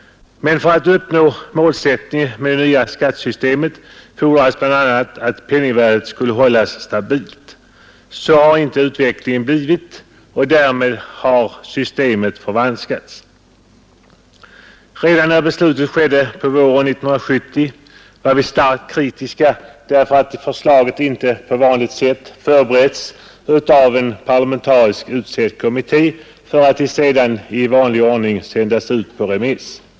Men för att uppnå målsättningen med det nya skattesystemet fordrades bl.a. att penningvärdet skulle hållas stabilt. Så har inte utvecklingen blivit, och därmed har systemet förvanskats. Redan när beslutet skedde på våren 1970 var vi starkt kritiska, därför att förslaget inte på vanligt sätt förberetts av en parlamentariskt utsedd kommitté för att sedan i vanlig ordning sändas ut på remiss.